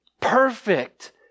Perfect